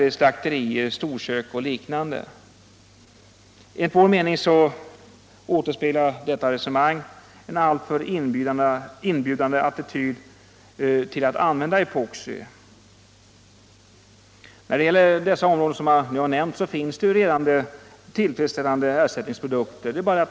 i slakterier, storkök och liknande. Enligt vår mening återspeglar detta resonemang en alltför inbjudande attityd till användning av epoxiprodukter. Beträffande de områden som jag nu har nämnt finns det redan tillfredsställande ersättningsprodukter.